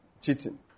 cheating